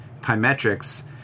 Pymetrics